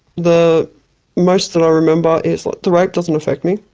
the most that i remember is like, the rape doesn't affect me,